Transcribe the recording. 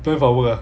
plan for work ah